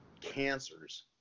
cancers